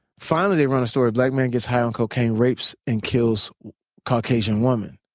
finally, they ran a story, black man gets high on cocaine, rapes and kills caucasian woman.